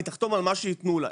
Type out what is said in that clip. היא תחתום על מה שייתנו לה,